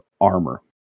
armor